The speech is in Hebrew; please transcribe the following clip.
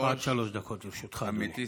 עד שלוש דקות לרשותך, אדוני.